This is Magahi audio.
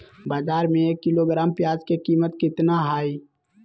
बाजार में एक किलोग्राम प्याज के कीमत कितना हाय?